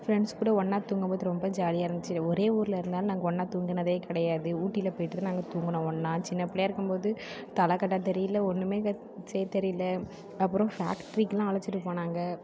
friends கூட ஒன்னாக தூங்கும்போது ரொம்ப ஜாலியாக இருந்துச்சு ஒரே ஊரில் இருந்தாலும் நாங்கள் ஒன்னாக தூங்கினதே கிடையாது ஊட்டியில் போய்ட்டு நாங்கள் தூங்கினோம் ஒன்னாக சின்னப் பிள்ளையா இருக்கும்போது தலகட்டுறது தெரியல ஒன்றுமே தெரியல அப்பறம் ஃபேக்ட்ரிக்கெல்லாம் அழைச்சிட்டு போனாங்க